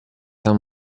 han